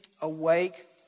awake